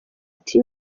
ati